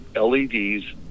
LEDs